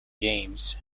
games